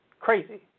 crazy